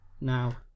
Now